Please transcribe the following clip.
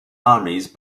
armies